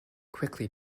quickly